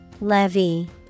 Levy